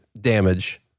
damage